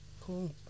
Cool